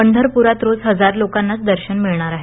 पंढरपुरात रोज हजार लोकांनाच दर्शन मिळणार आहे